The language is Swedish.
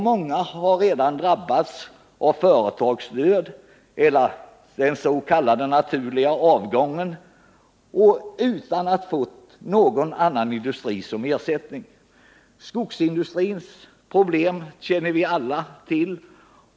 Många har redan drabbats av företagsdöden eller av den s.k. naturliga avgången utan att ha fått någon annan industri som ersättning. Skogsindustrins problem känner vi alla till.